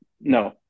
no